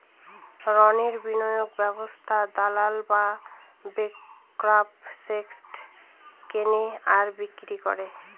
রণের বিনিয়োগ ব্যবস্থায় দালাল বা ব্রোকার স্টক কেনে আর বিক্রি করে